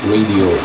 Radio